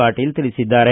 ಪಾಟೀಲ ತಿಳಿಸಿದ್ದಾರೆ